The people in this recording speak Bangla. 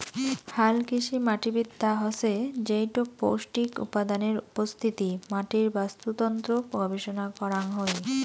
হালকৃষিমাটিবিদ্যা হসে যেইটো পৌষ্টিক উপাদানের উপস্থিতি, মাটির বাস্তুতন্ত্র গবেষণা করাং হই